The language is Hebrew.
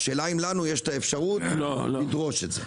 השאלה אם לנו יש האפשרות לדרוש את זה?